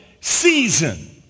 season